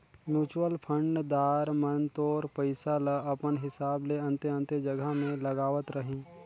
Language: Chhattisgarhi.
म्युचुअल फंड दार मन तोर पइसा ल अपन हिसाब ले अन्ते अन्ते जगहा में लगावत रहीं